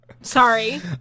Sorry